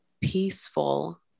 peaceful